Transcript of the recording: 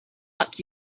luck